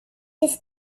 ist